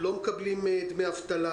לא מקבלים דמי אבטלה,